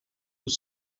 pour